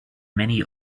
many